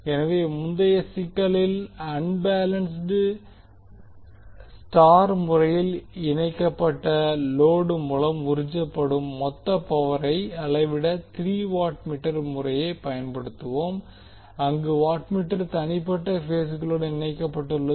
எனவே முந்தைய சிக்கலில் அன்பேலன்ஸ்ட் Y முறையில் இணைக்கப்பட்ட லோடு மூலம் உறிஞ்சப்படும் மொத்த பவரை அளவிட த்ரீ வாட்மீட்டர் முறையைப் பயன்படுத்துவோம் அங்கு வாட்மீட்டர் தனிப்பட்ட பேஸ்களுடன் இணைக்கப்பட்டுள்ளது